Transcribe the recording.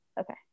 Okay